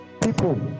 people